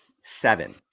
Seven